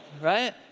right